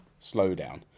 slowdown